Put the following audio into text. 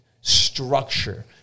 structure